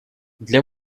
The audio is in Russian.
для